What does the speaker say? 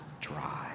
dry